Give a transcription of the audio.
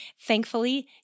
Thankfully